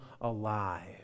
alive